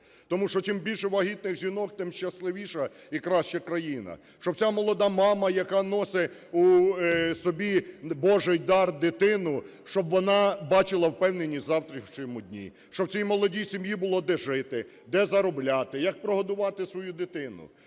Тому що чим більше вагітних жінок, тим щасливіша і краща країна. Щоб ця молода мама, яка носить у собі божий дар – дитину, щоб вона бачила впевненість в завтрашньому дні, щоб цій молодій сім'ї було де жити, де заробляти, як прогодувати свою дитину.